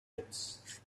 pits